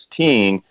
2016